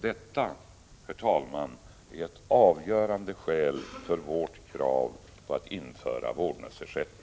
Detta, herr talman, är ett avgörande skäl för vårt krav på att införa vårdnadsersättning.